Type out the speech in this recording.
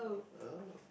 oh